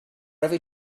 every